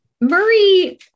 Murray